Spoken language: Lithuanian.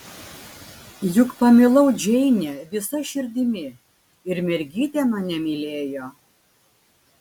juk pamilau džeinę visa širdimi ir mergytė mane mylėjo